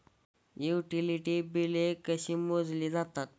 Utility बिले कशी मोजली जातात?